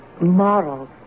Moral